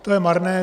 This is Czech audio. To je marné.